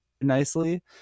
nicely